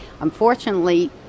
Unfortunately